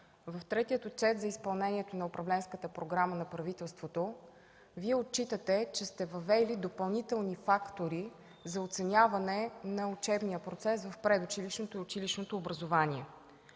в третия отчет за изпълнение на управленската програма на правителството Вие отчитате, че сте въвели допълнителни фактори за оценяване на учебния процес в предучилищното и училищното образование.